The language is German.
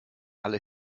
alle